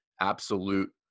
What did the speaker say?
absolute